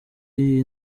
iyi